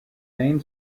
main